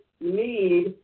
need